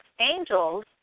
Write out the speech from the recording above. Angels